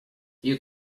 you